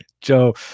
Joe